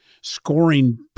scoring